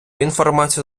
інформацію